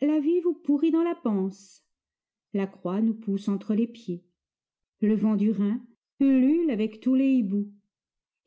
la vie vous pourrit dans la panse la croix nous pousse entre les pieds le vent du rhin ulule avec tous les hiboux